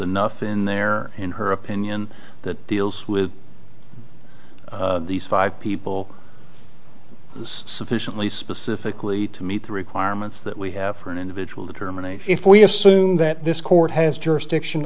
enough in there in her opinion that deals with these five people sufficiently specifically to meet the requirements that we have for an individual to terminate if we assume that this court has jurisdiction